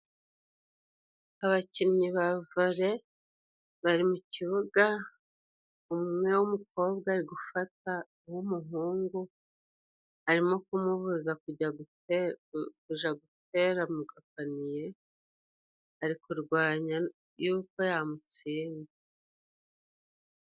Abakinnyi ba vole bari mu kibuga, umwe w'umukobwa ari gufata uw'umuhungu arimo kumubuza kujya kuja gutera mu gapaniye ari kurwanya yuko yamutsinda.